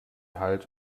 halt